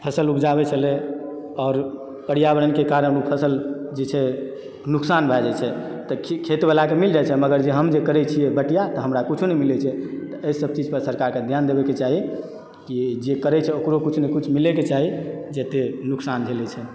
फसल उपजाबै छलय आओर पर्यावरणके कारण ओ फसल जे छै नुकसान भए जाइत छै तऽ खी खेतबलाके मिल जाइत छै मगर हम जे करैत छियै बटिआ तऽ हमरा कुछो नहि मिलैत छै तऽ एहिसभ चीज पर सरकारके घ्यान देबयके चाही कि जे करै छै ओकरो किछु न किछु मिलयके चाही जतय नुकसान झेलैत छै